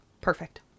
Perfect